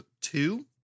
two